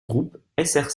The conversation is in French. groupe